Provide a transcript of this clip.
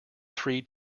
three